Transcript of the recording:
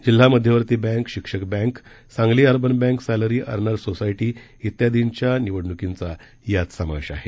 जिल्हा मध्यवर्ती बँक शिक्षक bank Sangli urban bank salary earners society त्यादींच्या निवडणुकींचा यात समावेश आहे